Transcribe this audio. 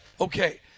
okay